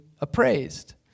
appraised